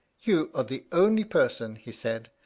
you are the only person, he said,